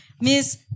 Miss